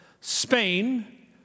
Spain